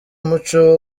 umuco